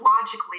logically